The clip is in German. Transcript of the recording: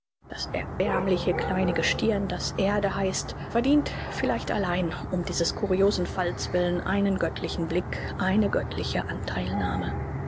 das erbärmliche kleine gestirn das erde heißt verdient vielleicht allein um dieses curiosen falls willen einen göttlichen blick eine göttliche antheilnahme